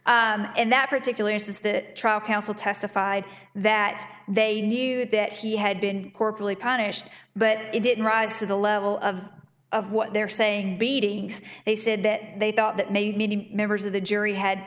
and that particular says the trial counsel testified that they knew that he had been corporally punished but it didn't rise to the level of of what they're saying beatings they said that they thought that maybe many members of the jury had